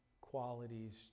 qualities